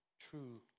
true